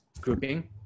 grouping